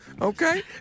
okay